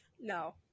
no